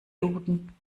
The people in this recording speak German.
duden